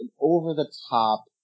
over-the-top